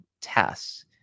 tests